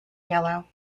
yellow